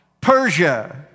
Persia